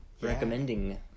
Recommending